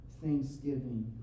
thanksgiving